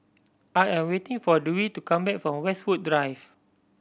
I am waiting for Dewey to come back from Westwood Drive